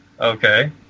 Okay